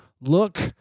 look